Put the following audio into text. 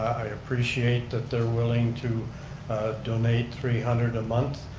i appreciate that they're willing to donate three hundred a month.